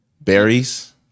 Berries